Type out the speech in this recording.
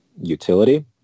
utility